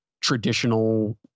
traditional